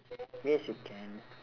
yes you can